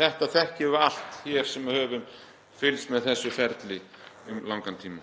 Þetta þekkjum við allt hér sem höfum fylgst með þessu ferli um langan tíma.